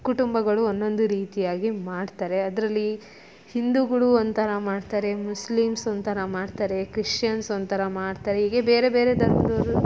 ಕುಟುಂಬಗಳು ಒಂದೊಂದು ರೀತಿಯಾಗಿ ಮಾಡ್ತಾರೆ ಅದರಲ್ಲಿ ಹಿಂದೂಗಳು ಒಂಥರ ಮಾಡ್ತಾರೆ ಮುಸ್ಲಿಮ್ಸ್ ಒಂಥರ ಮಾಡ್ತಾರೆ ಕ್ರಿಶ್ಚಿಯನ್ಸ್ ಒಂಥರ ಮಾಡ್ತಾರೆ ಹೀಗೆ ಬೇರೆ ಬೇರೆ ಧರ್ಮದವ್ರು